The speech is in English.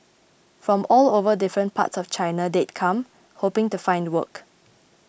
from all over the different parts of China they'd come hoping to find work